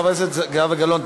חברת הכנסת זהבה גלאון,